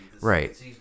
right